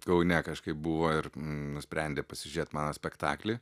kaune kažkaip buvo ir nusprendė pasižiūrėt mano spektaklį